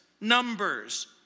Numbers